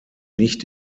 nicht